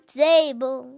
table